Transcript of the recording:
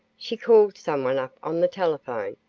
she called someone up on the telephone,